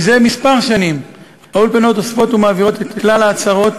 זה כמה שנים האולפנות אוספות ומעבירות את כלל הצהרות